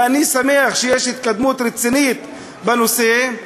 ואני שמח שיש התקדמות רצינית בנושא.